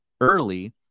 early